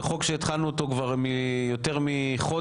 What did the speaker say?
זה חוק שהתחלנו אותו כבר יותר מחודש,